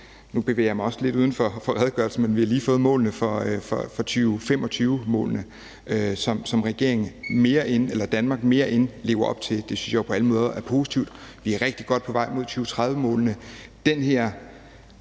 nu bevæger jeg mig også lidt uden for redegørelsen, fået målene for 2025-målene, som Danmark mere end lever op til. Det synes jeg jo på alle måder er positivt. Vi er rigtig godt på vej mod 2030-målene.